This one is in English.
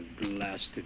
blasted